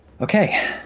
Okay